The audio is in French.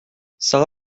sara